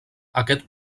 aquest